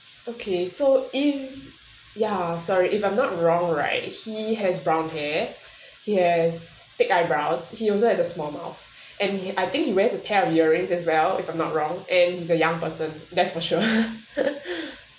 okay so if ya sorry if I'm not wrong right he has brown hair he has thick eyebrows he also has a small mouth and he I think he wears a pair of earrings as well if I'm not wrong and he is young person that's for sure